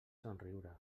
somriure